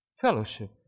fellowship